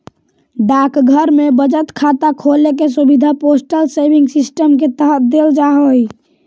डाकघर में बचत खाता खोले के सुविधा पोस्टल सेविंग सिस्टम के तहत देल जा हइ